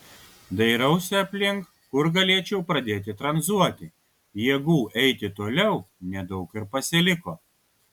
dairausi aplink kur galėčiau pradėti tranzuoti jėgų eiti toliau nedaug ir pasiliko